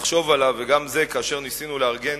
לחשוב עליו, כאשר ניסינו לארגן